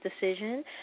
decision